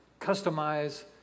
customize